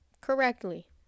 correctly